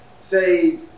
say